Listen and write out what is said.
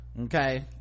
okay